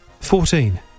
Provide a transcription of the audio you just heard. Fourteen